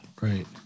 right